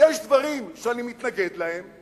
יש דברים שאני מתנגד להם,